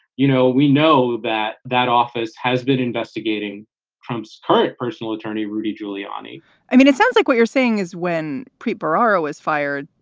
you know, we know that that office has been investigating trump's hired personal attorney, rudy giuliani i mean, it sounds like what you're saying is when preet bharara was fired,